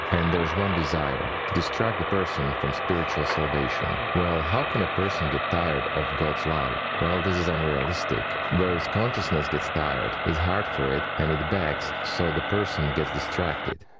and there's one desire to distract a person from spiritual salvation. well, how can a person get tired of god's love? well, this is unrealistic. whereas, consciousness gets tired, it's hard for it, and it begs so the person gets distracted,